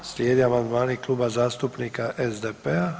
Slijede amandmani Kluba zastupnika SDP-a.